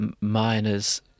miners